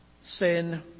sin